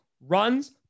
runs